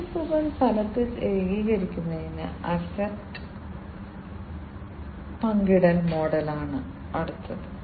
ബിസിനസുകൾ ഫലത്തിൽ ഏകീകരിക്കുന്ന അസറ്റ് പങ്കിടൽ മോഡലാണ് അടുത്തത്